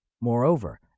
Moreover